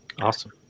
Awesome